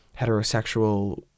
heterosexual